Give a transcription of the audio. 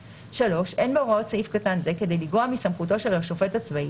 (3) אין בהוראות סעיף קטן זה כדי לגרוע מסמכותו של השופט הצבעי,